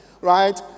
right